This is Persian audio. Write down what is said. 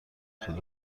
خود